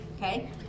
okay